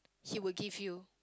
he would give you